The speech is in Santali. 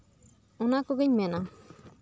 ᱚᱱᱟ ᱠᱚᱜᱮᱧ ᱢᱮᱱᱟ